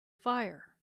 fire